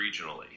regionally